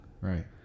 Right